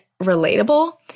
relatable